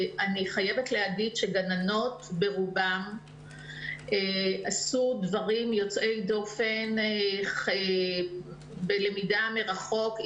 אני חייבת להגיד שגננות ברובן עשו דברים יוצאי דופן בלמידה מרחוק,